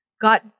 got